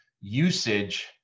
usage